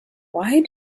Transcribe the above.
why